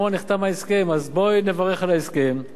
אז בואי נברך על ההסכם, נאחל להם הצלחה,